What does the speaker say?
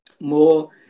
more